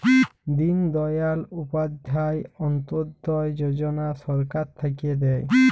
দিন দয়াল উপাধ্যায় অন্ত্যোদয় যজনা সরকার থাক্যে দেয়